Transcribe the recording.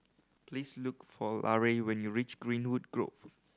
please look for Larae when you reach Greenwood Grove